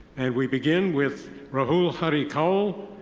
and we begin with rahul hari kaul,